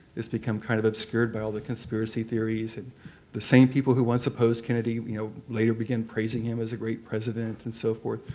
it's become kind of obscured by all the conspiracy theories. and the same people who once opposed kennedy you know later began praising him as a great president and so forth.